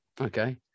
okay